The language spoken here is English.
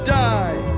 die